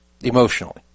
emotionally